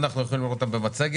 אנחנו יכולים לראות אותם במצגת,